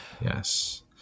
Yes